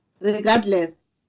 Regardless